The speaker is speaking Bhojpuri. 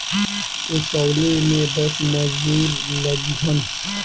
ओसवले में दस मजूर लगिहन